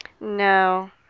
No